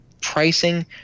pricing –